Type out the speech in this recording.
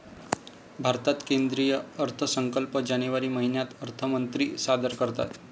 भारतात केंद्रीय अर्थसंकल्प जानेवारी महिन्यात अर्थमंत्री सादर करतात